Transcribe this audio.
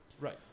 Right